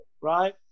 right